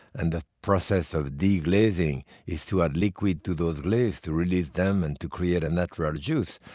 and the process of deglazing is to add liquid to those glazes to release them and to create a natural juice.